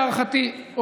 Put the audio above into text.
להערכתי,